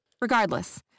Regardless